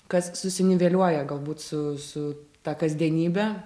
kas susiniveliuoja galbūt su su ta kasdienybe